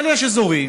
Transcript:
אבל יש אזורים,